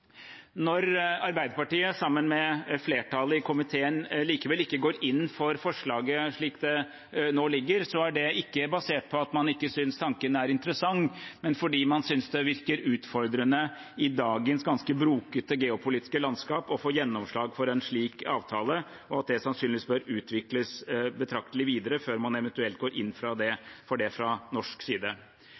Når Arbeiderpartiet sammen med flertallet i komiteen likevel ikke går inn for forslaget slik det nå ligger, er det ikke basert på at man ikke synes tanken er interessant, men at man synes det virker utfordrende i dagens ganske brokete geopolitiske landskap å få gjennomslag for en slik avtale, og at det sannsynligvis bør utvikles betraktelig videre før man eventuelt går inn for det fra norsk side.